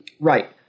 Right